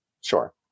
Sure